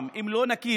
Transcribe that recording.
מפעם: אם לא נקים